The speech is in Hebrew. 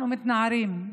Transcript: אנחנו מתנערים.